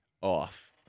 off